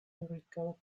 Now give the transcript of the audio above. recall